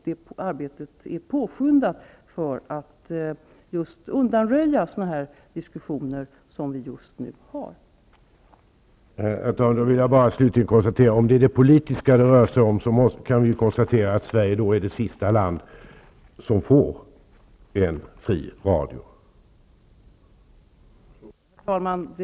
Detta arbete har påskyndats för att man skall undanröja diskussioner av just den här typen.